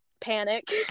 panic